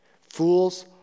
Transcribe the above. Fool's